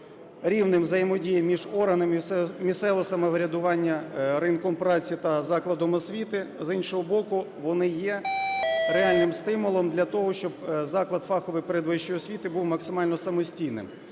рівнем взаємодії між органами місцевого самоврядування, ринком праці та закладом освіти. З іншого боку, вони є реальним стимулом для того, щоб заклад фахової передвищої освіти був максимально самостійним.